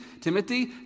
Timothy